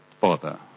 Father